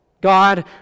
God